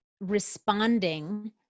responding